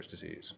disease